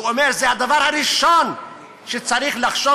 הוא אומר: זה הדבר הראשון שצריך לחשוב